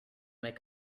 make